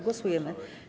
Głosujemy.